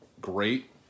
great